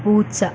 പൂച്ച